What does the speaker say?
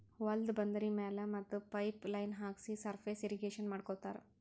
ಹೊಲ್ದ ಬಂದರಿ ಮ್ಯಾಲ್ ಮತ್ತ್ ಪೈಪ್ ಲೈನ್ ಹಾಕ್ಸಿ ಸರ್ಫೇಸ್ ಇರ್ರೀಗೇಷನ್ ಮಾಡ್ಕೋತ್ತಾರ್